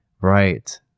right